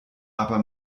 aber